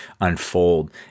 unfold